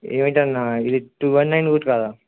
ఏమిటన్న ఇది two one nine route కాదా